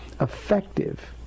effective